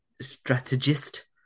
strategist